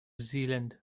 zealand